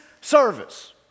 service